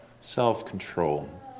Self-control